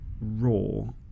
raw